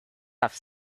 have